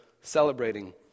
celebrating